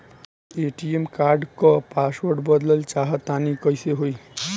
ATM card क password बदलल चाहा तानि कइसे होई?